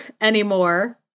anymore